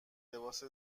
لباس